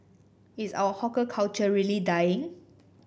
is our hawker culture really dying